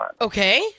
Okay